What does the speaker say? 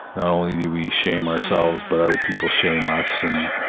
not only do we shame ourselves but other people shame us and,